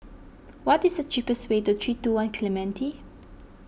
what is the cheapest way to three two one Clementi